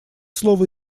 слово